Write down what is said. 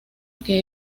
que